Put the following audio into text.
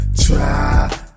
Try